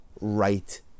right